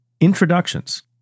introductions